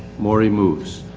morrie moves.